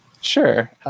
sure